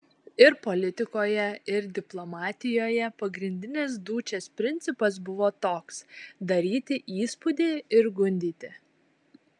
ir politikoje ir diplomatijoje pagrindinis dučės principas buvo toks daryti įspūdį ir gundyti